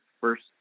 first